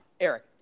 Eric